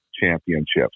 championships